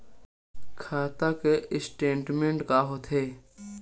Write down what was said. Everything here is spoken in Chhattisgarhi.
खाता के स्टेटमेंट का होथे?